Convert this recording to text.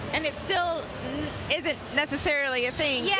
and it still isn't necessarily a thing. yeah